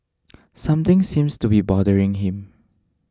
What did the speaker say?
something seems to be bothering him